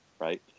right